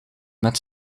met